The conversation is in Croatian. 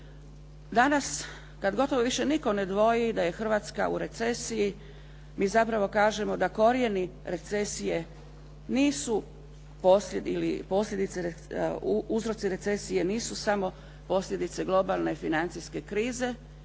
Danas kada gotovo nitko više ne dvoji da je Hrvatska u recesiji. Mi zapravo kažemo da korijeni, uzroci recesije nisu samo posljedice globalne financijske krize